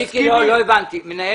לא הבנתי.